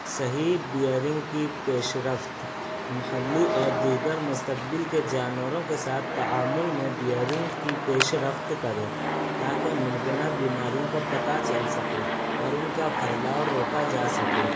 صحیح بیرنگ کی پیش رفت محلی اور دیگر مستقبل کے جانوروں کے ساتھ تعامل میں بیرنگ کی پیش رفت کریں تاکہ ممکنہ بیماروں کا پتا چل سکے اور ان کا پھیلاؤ روکا جا سکے